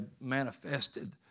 manifested